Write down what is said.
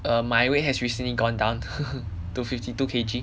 err my weight has recently gone down to fifty two K_G